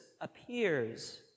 appears